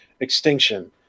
extinction